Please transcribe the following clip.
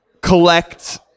collect